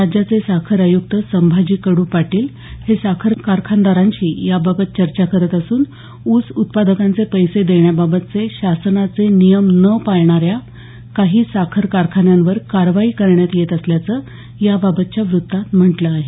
राज्याचे साखर आयुक्त संभाजी कडू पाटील हे साखर कारखानदारांशी याबाबत चर्चा करत असून ऊस उत्पादकांचे पैसे देण्याबाबतचे शासनाचे नियम न पाळणाऱ्या काही साखर कारखान्यांवर कारवाई करण्यात येत असल्याचं याबाबतच्या वृत्तात म्हटलं आहे